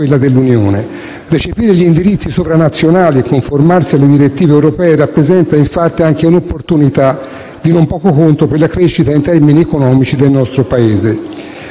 quella dell'Unione. Recepire gli indirizzi sovranazionali e conformarsi alle direttive europee rappresenta, infatti, anche un'opportunità di non poco conto per la crescita in termini economici del nostro Paese.